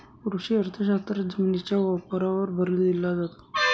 कृषी अर्थशास्त्रात जमिनीच्या वापरावर भर दिला जातो